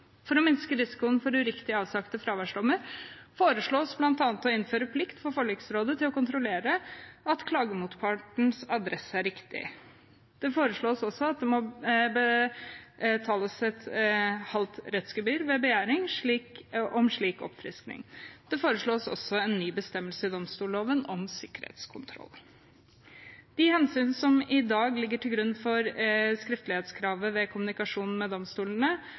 minske risikoen for uriktig avsagte fraværsdommer foreslås bl.a. å innføre en plikt for forliksrådet til å kontrollere at klagemotpartens adresse er riktig. Det foreslås også at det må betales et halvt rettsgebyr ved begjæring om slik oppfriskning. Det foreslås også en ny bestemmelse i domstolloven om sikkerhetskontroll. De hensynene som i dag ligger til grunn for skriftlighetskravet ved kommunikasjon med domstolene,